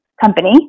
company